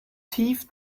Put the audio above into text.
teeth